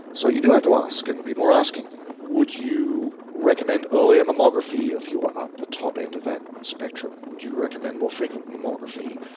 so you do have to ask and people are asking would you recommend earlier mammography if you were up the top end of that spectrum, would you recommend more frequent mammography?